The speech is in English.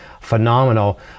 phenomenal